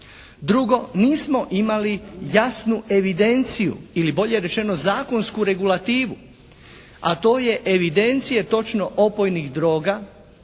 Drugo, nismo imali jasnu evidenciju ili bolje rečeno zakonski regulativu, a to je evidencije točno opojnih droga